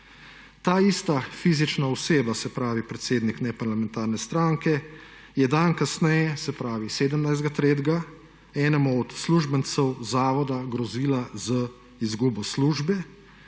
Ta ista fizična oseba, se pravi predsednik neparlamentarne stranke, je dan kasneje, se pravi 17. 3., enemu od uslužbencev zavoda grozila z izgubo službe